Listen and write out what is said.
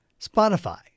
Spotify